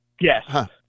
Yes